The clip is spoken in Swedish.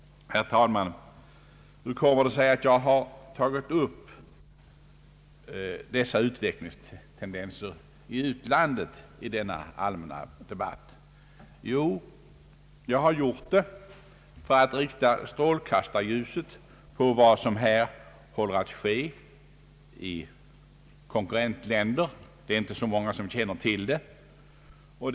Herr talman! Hur kommer det sig att jag har tagit upp dessa utvecklingstendenser i utlandet i denna allmänna debatt? Jag har gjort det för att rikta strålkastarljuset på vad som håller på att ske i konkurrentländerna; det är inte så många som känner till denna sak.